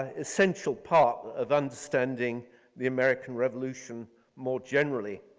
ah essential part of understanding the american revolution more generally.